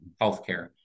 healthcare